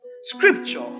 Scripture